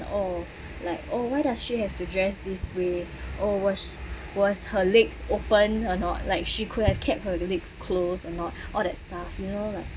oh like oh why does she have to dress this way or was was her legs open or not like she could have kept her legs close or not all that stuff you know like